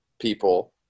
people